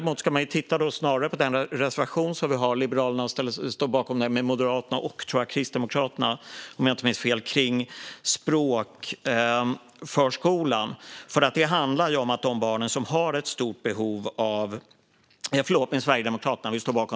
Man ska snarare titta på den reservation om språkförskolan som Liberalerna står bakom gemensamt med Moderaterna och, om jag inte minns fel, Sverigedemokraterna.